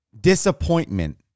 disappointment